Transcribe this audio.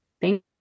Thank